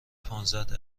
پانزده